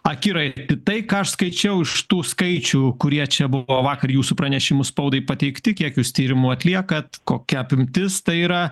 akiratį tai ką aš skaičiau iš tų skaičių kurie čia buvo vakar jūsų pranešimu spaudai pateikti kiek jūs tyrimų atliekat kokia apimtis tai yra